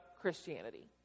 Christianity